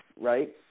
Right